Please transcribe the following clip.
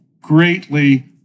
greatly